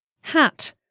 Hat